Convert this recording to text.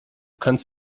kannst